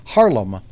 Harlem